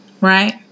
right